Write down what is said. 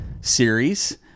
series